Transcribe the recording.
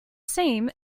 same